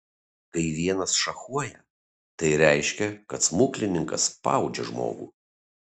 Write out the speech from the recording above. kai vienas šachuoja tai reiškia kad smuklininkas spaudžia žmogų